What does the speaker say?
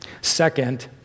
Second